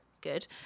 good